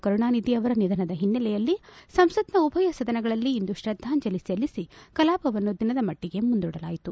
ಕರುಣಾನಿಧಿ ಅವರ ನಿಧನದ ಹಿನ್ನೆಲೆಯಲ್ಲಿ ಸಂಸತ್ನ ಉಭಯ ಸದನಗಳಲ್ಲಿ ಇಂದು ಶ್ರದ್ಧಾಂಜಲಿ ಸಲ್ಲಿಸಿ ಕಲಾಪವನ್ನು ದಿನದ ಮಟ್ಟಗೆ ಮುಂದೂಡಲಾಯಿತು